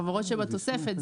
החברות שבתוספת,